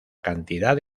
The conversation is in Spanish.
cantidad